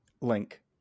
Link